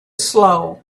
slow